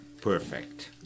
perfect